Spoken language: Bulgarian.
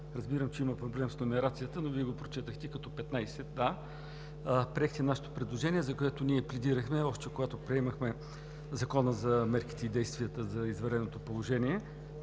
разбирам, че има проблем с номерацията, но Вие го прочетохте като 15а, приехте нашето предложение, за което ние пледирахме още когато приемахме Закона за мерките и действията за извънредното положение.